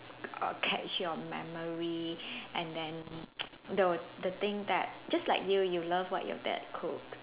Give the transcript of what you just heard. err catch you memory and then the the thing that just like you what you love your dad cook